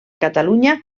catalunya